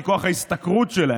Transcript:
כי כוח ההשתכרות שלהם,